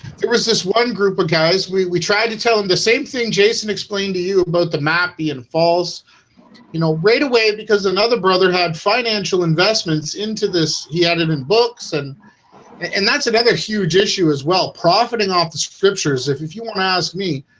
there was this one group of guys. we we tried to tell him the same thing jason explain to you both the matthean falls you know right away because another brother had financial investments into this he had and and books and and that's another huge issue as well profiting off the scriptures if if you want to ask me,